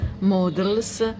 models